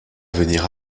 venir